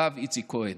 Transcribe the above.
הרב איציק כהן,